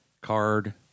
card